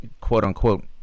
quote-unquote